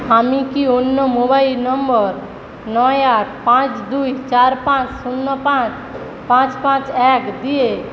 আমি কি অন্য মোবাইল নম্বর নয় আট পাঁচ দুই চার পাঁচ শূন্য পাঁচ পাঁচ পাঁচ এক দিয়ে